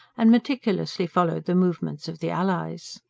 and meticulously followed the movements of the allies.